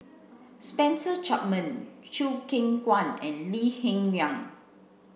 Spencer Chapman Chew Kheng Chuan and Lee Hsien Yang